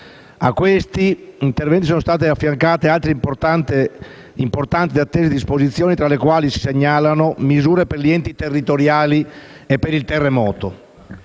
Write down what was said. A questi interventi sono state affiancate altre importanti ed attese disposizioni tra le quali si segnalano misure per gli enti territoriali e per il terremoto.